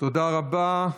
תודה רבה.